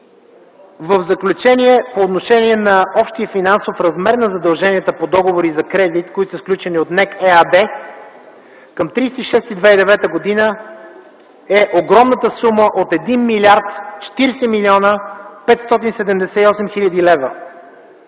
В заключение по отношение на общия финансов размер на задълженията по договори за кредит, които са сключени от НЕК ЕАД към 30.06.2009 г., е огромната сума от 1 млрд. 40 млн. 578 хил. лв.